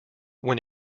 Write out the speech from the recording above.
when